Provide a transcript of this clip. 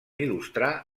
il·lustrar